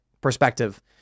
perspective